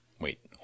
wait